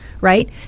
right